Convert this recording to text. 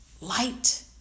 Light